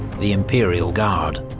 the imperial guard.